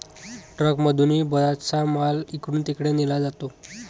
ट्रकमधूनही बराचसा माल इकडून तिकडे नेला जातो